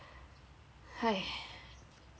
!hais!